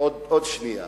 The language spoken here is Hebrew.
עוד שנייה.